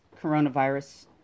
coronavirus